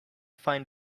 find